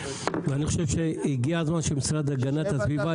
אני חושב שהגיע הזמן שהמשרד להגנת הסביבה